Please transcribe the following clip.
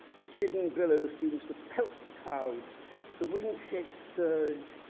the chidden billow seems to pelt the clouds the wind-shaked surge,